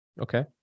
Okay